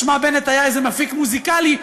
משמע בנט היה איזה מפיק מוזיקלי,